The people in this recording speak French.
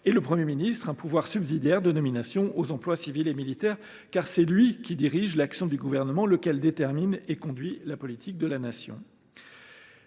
et le Premier ministre un pouvoir subsidiaire de nomination « aux emplois civils et militaires », car c’est lui qui « dirige l’action du Gouvernement », lequel « détermine et conduit la politique de la Nation